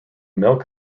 milk